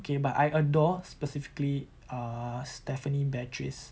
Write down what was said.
okay but I adore specifically err stephanie beatriz